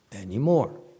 anymore